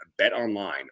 BetOnline